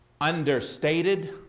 understated